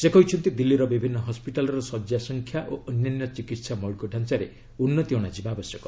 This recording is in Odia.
ସେ କହିଛନ୍ତି ଦିଲ୍ଲୀର ବିଭିନ୍ନ ହସ୍କିଟାଲ୍ର ଶଯ୍ୟା ସଂଖ୍ୟା ଓ ଅନ୍ୟାନ୍ୟ ଚିକିତ୍ସା ମୌଳିକଢାଞ୍ଚାରେ ଉନ୍ନତି ଅଣାଯିବା ଆବଶ୍ୟକ